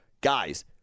guys